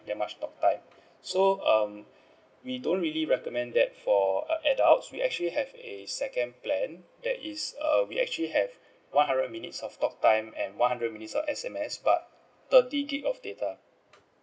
that much talk time so um we don't really recommend that for an adults we actually have a second plan that is uh we actually have one hundred minutes of talk time and one hundred minutes of S_M_S but thirty gig of data